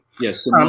Yes